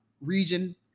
region